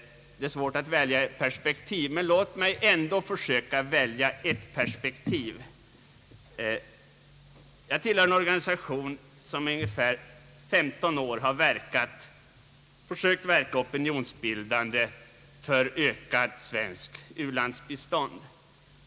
Det är svårt att välja ett perspektiv, men låt mig ändå försöka. Jag tillhör en organisation som i ungefär 15 år försökt verka opinionsbildande för ökat svenskt u-landsbistånd.